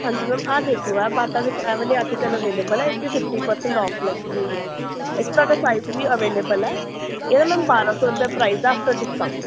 ਹਾਂਜੀ ਮੈਮ ਆਹ ਦੇਖ ਲਉ ਇਹ ਬਾਟਾ ਵਿੱਚ ਇਹ ਵਾਲੇ ਆਰਟੀਕਲ ਅਵੇਲੇਬਲ ਹੈ ਇਸ 'ਚ ਫਿਫਟੀ ਪਰਸੈਂਟ ਔਫ ਲੱਗੀ ਹੋਈ ਹੈ ਇਸ 'ਚ ਤੁਹਾਡਾ ਸਾਈਜ਼ ਵੀ ਅਵੇਲੇਬਲ ਹੈ ਇਹਦਾ ਮੈਮ ਬਾਰਾਂ ਸੌ ਰੁਪਏ ਪ੍ਰਾਈਸ ਆ ਆਫਟਰ ਡਿਸਕਾਊਂਟ